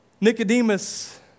Nicodemus